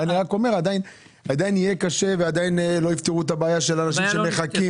אני רק אומר שעדיין יהיה קשה ועדיין לא יפתרו את הבעיה של אנשים שמחכים